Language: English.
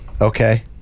Okay